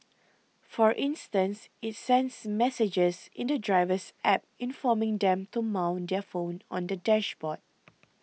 for instance it sends messages in the driver's App informing them to mount their phone on the dashboard